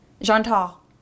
Jean-Tal